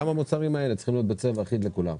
גם המוצרים האלה צריכים להיות בצבע אחיד לכולם.